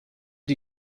die